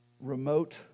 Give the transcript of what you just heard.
remote